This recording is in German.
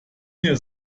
mehr